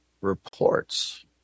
reports